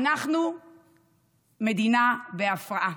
אנחנו מדינה בהפרעה.